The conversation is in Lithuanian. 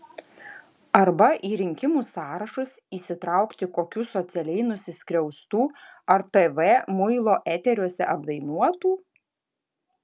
arba į rinkimų sąrašus įsitraukti kokių socialiai nusiskriaustų ar tv muilo eteriuose apdainuotų